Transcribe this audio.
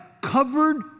covered